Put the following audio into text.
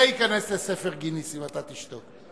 זה ייכנס לספר גינס אם אתה תשתוק.